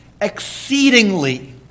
exceedingly